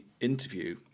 interview